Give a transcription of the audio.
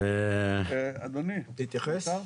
אדוני, אפשר?